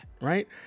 right